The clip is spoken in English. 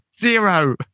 zero